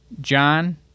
John